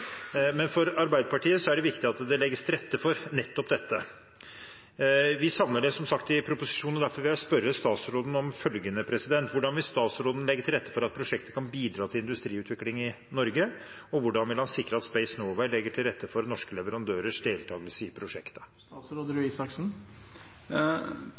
men for Arbeiderpartiet er det viktig at det legges til rette for nettopp dette. Vi savner det som sagt i proposisjonen, og derfor vil jeg spørre statsråden: Hvordan vil statsråden legge til rette for at prosjektet kan bidra til industriutvikling i Norge, og hvordan vil han sikre at Space Norway legger til rette for norske leverandørers deltakelse i prosjektet?